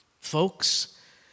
Folks